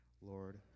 Lord